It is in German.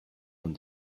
von